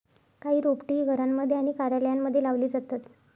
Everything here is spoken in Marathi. काही रोपटे ही घरांमध्ये आणि कार्यालयांमध्ये लावली जातात